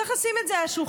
צריך לשים את זה על השולחן: